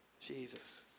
Jesus